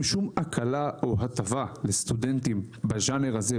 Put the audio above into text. שום הקלה או הטבה לסטודנטים בז'אנר הזה,